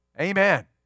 Amen